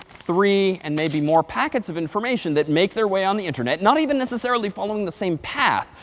three and maybe more packets of information that make their way on the internet, not even necessarily following the same path.